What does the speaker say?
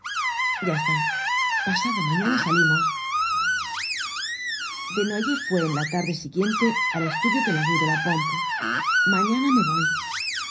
ya está pasado mañana salimos desnoyers fué en la tarde siguiente al estudio de la ru de la pompe mañana me voy el